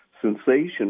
sensation